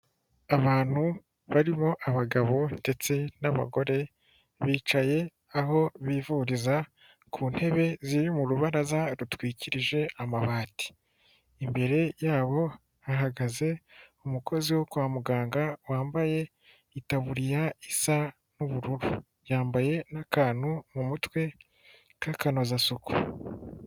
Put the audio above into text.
Abantu barimo abagabo ndetse n'abagore, bicaye aho bivuriza ku ntebe ziri mu rubaraza rutwikirije amabati. Imbere yabo hahagaze umukozi wo kwa muganga wambaye itaburiya isa n'ubururu. Yambaye n'akantu mu mutwe k'akanozasuku.